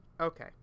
Okay